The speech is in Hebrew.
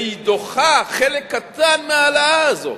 והיא דוחה חלק קטן מההעלאה הזו